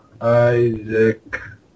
Isaac